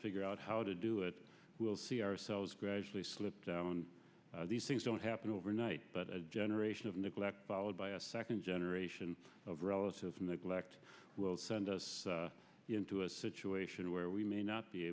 figure out how to do it we'll see ourselves gradually slip down these things don't happen overnight but a generation of neglect followed by a second generation of relativism that will act will send us into a situation where we may not be